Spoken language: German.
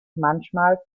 manchmal